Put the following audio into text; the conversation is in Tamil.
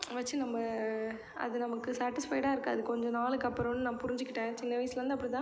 வச்சு நம்ப அது நமக்கு சாட்டிஸ்ஃபைடாக இருக்காது கொஞ்சம் நாளுக்கப்புறம் நான் புரிஞ்சிக்கிட்டேன் சின்ன வயசுலேருந்து அப்படிதான்